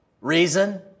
reason